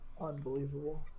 Unbelievable